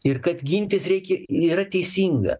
ir kad gintis reikia yra teisinga